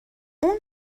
اون